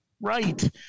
Right